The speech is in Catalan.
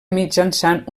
mitjançant